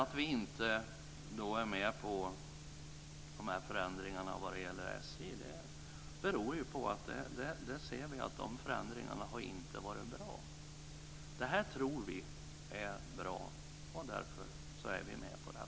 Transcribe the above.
Att vi inte är med på förändringarna vad gäller SJ beror på att vi ser att de inte har varit bra. Detta tror vi är bra, och därför är vi med på det.